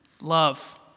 Love